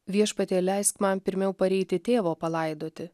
viešpatie leisk man pirmiau pareiti tėvo palaidoti